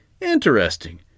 Interesting